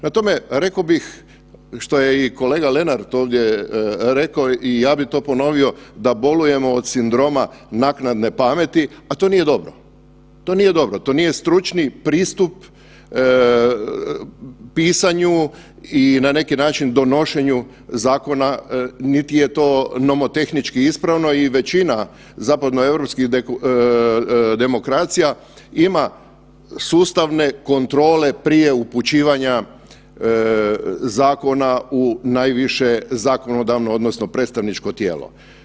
Na tome reko bih, što je i kolega Lenart ovdje reko i ja bi to ponovio, da bolujemo od sindroma naknadne pameti, a to nije dobro, to nije dobro, to nije stručni pristup pisanju i na neki način donošenju zakona, niti je to nomotehnički ispravno i većina zapadnoeuropskih demokracija ima sustavne kontrole prije upućivanja zakona u najviše zakonodavno odnosno predstavničko tijelo.